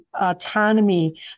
autonomy